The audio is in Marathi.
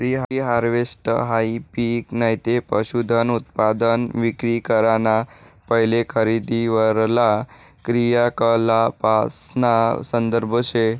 प्री हारवेस्टहाई पिक नैते पशुधनउत्पादन विक्री कराना पैले खेतीवरला क्रियाकलापासना संदर्भ शे